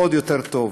עוד יותר טוב.